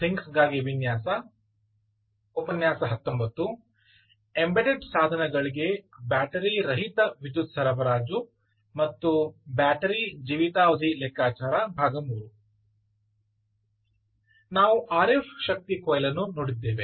embedded ಸಾಧನಗಳಿಗೆ battery ರಹಿತ ವಿದ್ಯುತ್ ಸರಬರಾಜು ಮತ್ತು ಬ್ಯಾಟರಿ ಜೀವಿತಾವಧಿ ಲೆಕ್ಕಾಚಾರ III ನಾವು ಆರ್ ಎಫ್ ಶಕ್ತಿ ಕೊಯ್ಲನ್ನು ನೋಡಿದ್ದೇವೆ